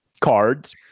cards